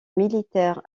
militaire